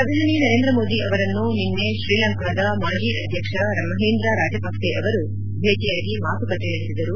ಪ್ರಧಾನಮಂತ್ರಿ ನರೇಂದ್ರ ಮೋದಿ ಅವರನ್ನು ನಿನ್ನೆ ಶ್ರೀಲಂಕಾದ ಮಾಜಿ ಅಧ್ವಕ್ಷ ಮಹೀಂದ್ರ ರಾಜಪಕ್ಷೆ ಅವರು ಭೇಟಿಯಾಗಿ ಮಾತುಕತೆ ನಡೆಸಿದರು